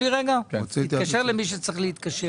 לחוק היסוד עד שלושה ימים לפני תום השנה שקדמה לשנת התקציב,